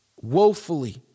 woefully